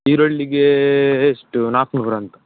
ಈರುಳ್ಳಿಗೆ ಎಷ್ಟು ನಾಲ್ಕುನೂರಾ ಅಂತ